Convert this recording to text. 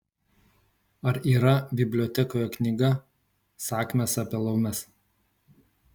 ar yra bibliotekoje knyga sakmės apie laumes